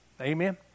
Amen